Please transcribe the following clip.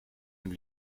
und